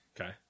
Okay